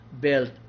built